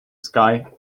sky